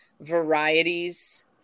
varieties